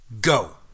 Go